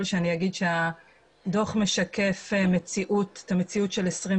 כשאני אומר שהדוח משקף את המציאות של 2020,